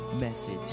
message